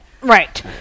Right